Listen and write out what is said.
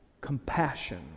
compassion